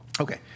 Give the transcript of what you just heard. Okay